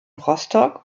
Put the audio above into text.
rostock